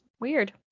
Weird